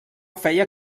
feia